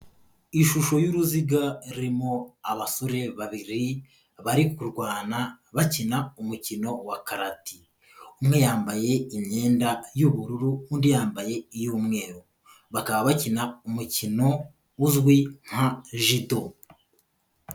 Ishusho y'uruziga rurimo abasore babiri, bari kurwana, bakina umukino wa karati. Umwe yambaye imyenda y'ubururu, undi yambaye iy'umweru. Bakaba bakina umukino uzwi nka jido.